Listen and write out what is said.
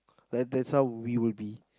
like that's how we will be